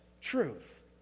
truth